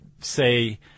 say